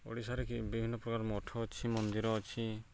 ଓଡ଼ିଶାରେ କି ବିଭିନ୍ନ ପ୍ରକାର ମଠ ଅଛି ମନ୍ଦିର ଅଛି